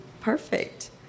perfect